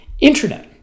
internet